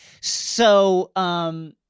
so-